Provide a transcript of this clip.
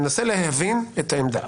אני מנסה להבין את העמדה.